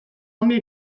ongi